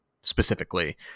specifically